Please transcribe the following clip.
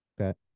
okay